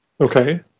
Okay